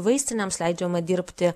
vaistinėms leidžiama dirbti